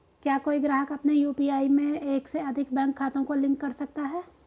क्या कोई ग्राहक अपने यू.पी.आई में एक से अधिक बैंक खातों को लिंक कर सकता है?